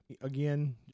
Again